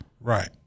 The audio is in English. Right